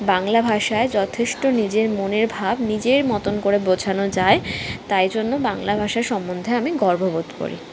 বাংলা ভাষায় যথেষ্ট নিজের মনের ভাব নিজের মতন করে বোঝানো যায় তাই জন্য বাংলা ভাষা সম্বন্ধে আমি গর্ব বোধ করি